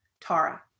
tara